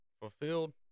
fulfilled